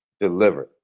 delivered